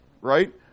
right